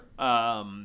Sure